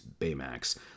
Baymax